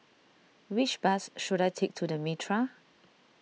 which bus should I take to the Mitraa